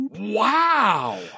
Wow